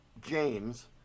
James